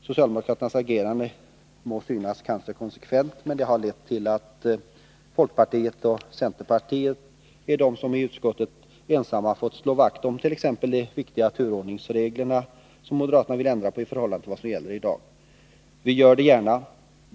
Socialdemokraternas agerande kan kanske synas konsekvent. Men detta harlett till att folkpartiet och centerpartiet i utskottet ensamma fått slå vakt om t.ex. de viktiga turordningsreglerna som moderaterna vill ändra i förhållande till vad som gäller i dag. Vi gör det gärna.